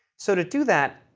so to do that,